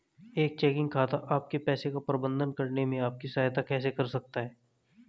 एक चेकिंग खाता आपके पैसे का प्रबंधन करने में आपकी सहायता कैसे कर सकता है?